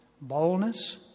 boldness